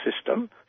system